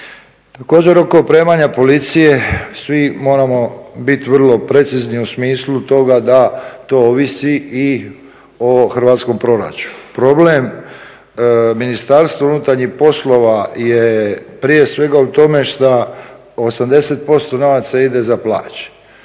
Također, oko opremanja policije svi moramo biti vrlo precizni u smislu toga da to ovisi i o hrvatskom proračunu. Problem Ministarstva unutarnjih poslova je prije svega u tome što 80% novaca ide za plaće,